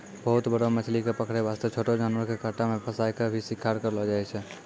बहुत बड़ो मछली कॅ पकड़ै वास्तॅ छोटो जानवर के कांटा मॅ फंसाय क भी शिकार करलो जाय छै